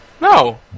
No